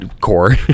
core